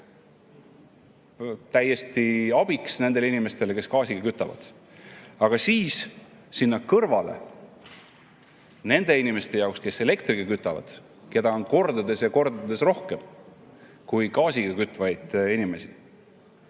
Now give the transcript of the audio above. täiesti abiks nendele inimestele, kes gaasiga kütavad. Aga seal kõrval nende inimeste jaoks, kes elektriga kütavad, keda on kordades ja kordades rohkem kui gaasiga kütvaid inimesi,